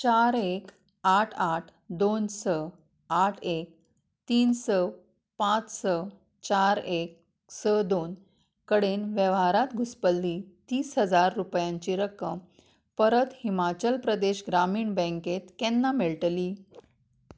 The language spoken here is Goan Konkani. चार एक आठ आठ दोन स आठ एक तीन स पांच स चार एक स दोन कडेन वेव्हारांत घुसपल्ली तीस हजार रुपयांची रक्कम परत हिमाचल प्रदेश ग्रामीण बँकेत केन्ना मेळटली